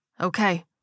Okay